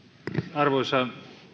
arvoisa